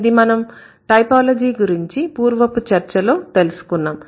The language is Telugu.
ఇది మనం టైపాలజి గురించి పూర్వపు చర్చలో తెలుసుకున్నాం